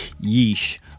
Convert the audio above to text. yeesh